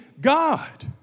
God